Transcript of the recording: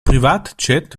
privatjet